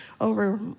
over